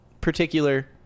particular